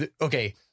okay